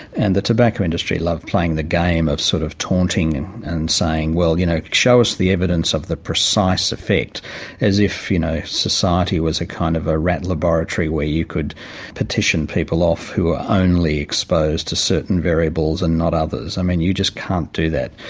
and the tobacco industry love playing the game of sort of taunting and and saying, well, you know show us the evidence of the precise effect as if you know society was a kind of a rat laboratory where you could partition people off who are only exposed to certain variables and not others. i mean, you just can't do that.